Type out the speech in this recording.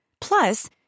Plus